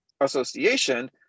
association